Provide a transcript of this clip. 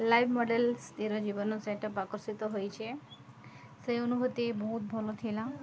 live model ସ୍ଥିର ଜୀବନ ସେଇଟା ଆକର୍ଷିତ ହୋଇଛେ ସେଇ ଅନୁଭୂତି ବହୁତ ଭଲ ଥିଲା